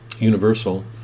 universal